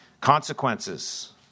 Consequences